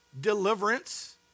deliverance